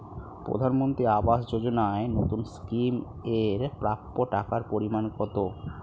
প্রধানমন্ত্রী আবাস যোজনায় নতুন স্কিম এর প্রাপ্য টাকার পরিমান কত?